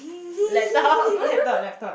laptop